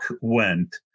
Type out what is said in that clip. went